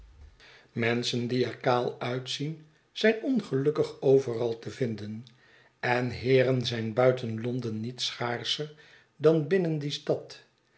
menschen die er kaal uitzien zijn ongelukkig overal te vinden en heeren zijn buiten lond e n niet schaarser dan binnen die stad